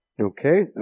Okay